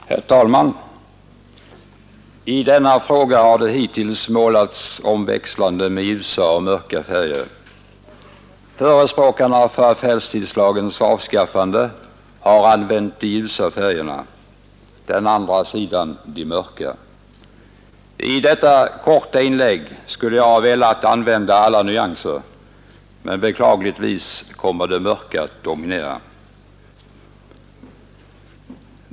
Herr talman! I denna fråga har det hittills målats omväxlande med ljusa och mörka färger. Förespråkarna för affärstidslagens avskaffande har använt de ljusa färgerna, den andra sidan de mörka. I detta korta inlägg skulle jag ha velat använda alla nyanser, men beklagligtvis kommer de mörka att dominera.